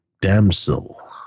Damsel